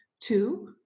Two